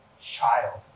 child